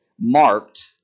marked